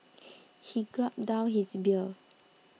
he gulped down his beer